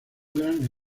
gran